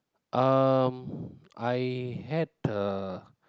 um I had a